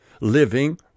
living